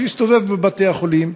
שיסתובב בבתי-החולים,